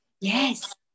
Yes